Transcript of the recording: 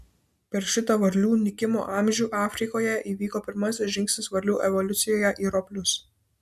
per šitą varlių nykimo amžių afrikoje įvyko pirmasis žingsnis varlių evoliucijoje į roplius